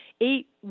eight